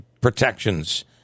protections